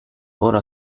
ora